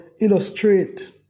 illustrate